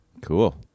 Cool